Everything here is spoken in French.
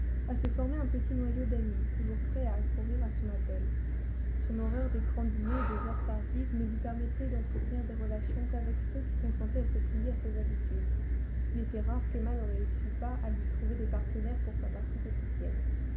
à se former un petit noyau d'amis toujours prêts à accourir à son appel son horreur des grands dîners et des heures tardives ne lui permettait d'entretenir des relations qu'avec ceux qui consentaient à se plier à ses habitudes il était rare qu'emma ne réussît pas à lui trouver des partenaires pour sa partie quotidienne